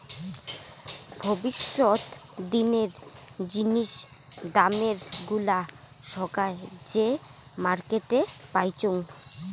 ভবিষ্যত দিনের জিনিস দামের গুলা সোগায় যে মার্কেটে পাইচুঙ